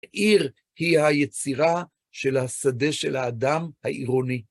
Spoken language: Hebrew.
עיר היא היצירה של השדה של האדם העירוני.